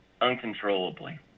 uncontrollably